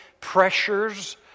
pressures